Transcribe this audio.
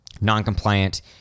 non-compliant